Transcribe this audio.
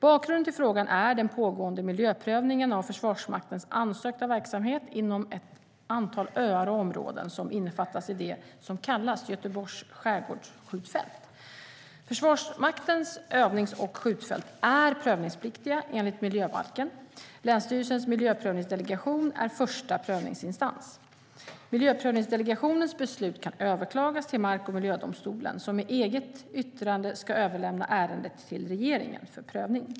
Bakgrunden till frågan är den pågående miljöprövningen av Försvarsmaktens ansökta verksamhet inom ett antal öar och områden som innefattas i det som kallas Göteborgs skärgårdsskjutfält. Försvarsmaktens övnings och skjutfält är prövningspliktiga enligt miljöbalken. Länsstyrelsens miljöprövningsdelegation är första prövningsinstans. Miljöprövningsdelegationens beslut kan överklagas till mark och miljödomstolen, som med ett eget yttrande ska överlämna ärendet till regeringen för prövning.